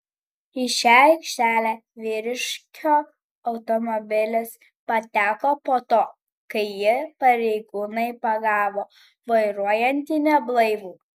į šią aikštelę vyriškio automobilis pateko po to kai jį pareigūnai pagavo vairuojantį neblaivų